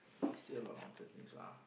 you say a lot of nonsense things lah